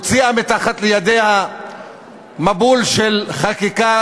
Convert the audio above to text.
הוציאה מתחת ידיה מבול של חקיקה